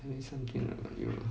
tell me something about you uh